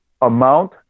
amount